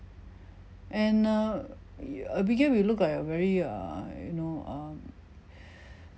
and err abigail will look like a very err you know err